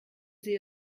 sie